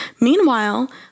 Meanwhile